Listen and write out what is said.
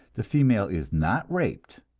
the female is not raped,